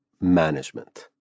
management